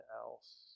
else